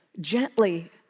gently